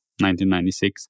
1996